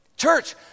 Church